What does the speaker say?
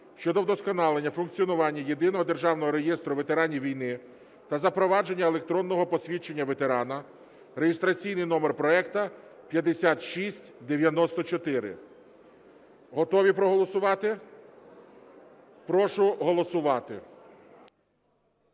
щодо вдосконалення функціонування Єдиного державного реєстру ветеранів війни та запровадження електронного посвідчення ветерана (реєстраційний номер проекту 5694). Готові проголосувати? Прошу голосувати.